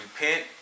repent